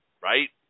right